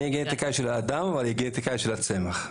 אני גנטיקאי של האדם ומטי של הצמח.